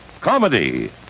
comedy